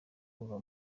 kuva